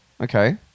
Okay